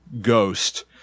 ghost